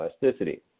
plasticity